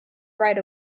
right